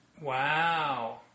Wow